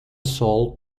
sol